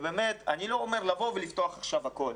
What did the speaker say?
אני לא אומר לבוא ולפתוח עכשיו הכול,